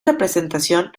representación